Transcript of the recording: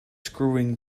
screwing